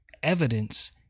evidence